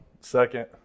Second